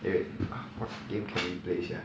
eh wait what game can we play sia